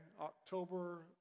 October